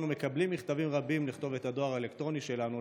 אנו מקבלים מכתבים רבים לכתובת הדואר האלקטרוני שלנו.